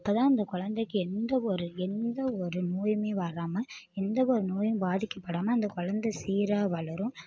அப்போதான் அந்த குழந்தைக்கு எந்த ஒரு எந்த ஒரு நோயுமே வராமல் எந்த ஒரு நோயும் பாதிக்க படாமல் அந்த குழந்த சீறாக வளரும்